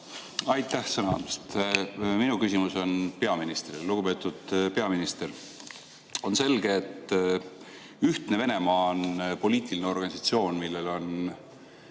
Aitäh sõna andmast! Minu küsimus on peaministrile. Lugupeetud peaminister! On selge, et Ühtne Venemaa on poliitiline organisatsioon, millel on